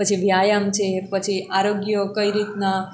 પછી વ્યાયામ છે પછી આરોગ્ય કઈ રીતના